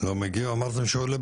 שיכולנו